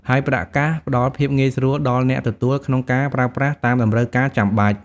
ហើយប្រាក់កាសផ្តល់ភាពងាយស្រួលដល់អ្នកទទួលក្នុងការប្រើប្រាស់តាមតម្រូវការចាំបាច់។